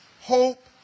hope